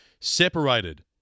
separated